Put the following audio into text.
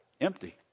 empty